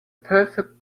perfect